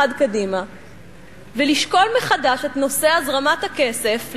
קדימה ולשקול מחדש את נושא הזרמת הכסף,